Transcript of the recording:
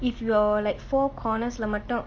if your like four corners lah மட்டு:matdu